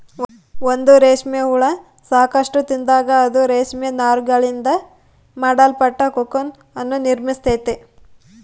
ಒಂದು ರೇಷ್ಮೆ ಹುಳ ಸಾಕಷ್ಟು ತಿಂದಾಗ, ಅದು ರೇಷ್ಮೆ ನಾರುಗಳಿಂದ ಮಾಡಲ್ಪಟ್ಟ ಕೋಕೂನ್ ಅನ್ನು ನಿರ್ಮಿಸ್ತೈತೆ